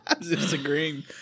disagreeing